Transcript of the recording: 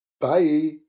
Bye